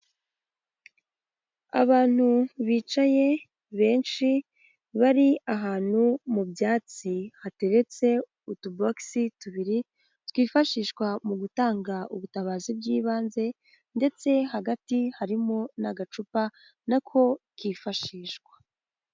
Abantu bicaye benshi bari ahantu mu byatsi hateretse utubogisi tubiri twifashishwa mu gutanga ubutabazi bw'ibanze ndetse hagati harimo n'agacupa nako kifashishwa.